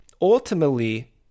ultimately